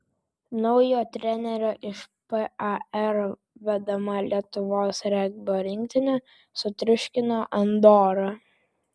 naujo trenerio iš par vedama lietuvos regbio rinktinė sutriuškino andorą